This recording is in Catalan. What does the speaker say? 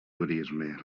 turisme